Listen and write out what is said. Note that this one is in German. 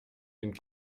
den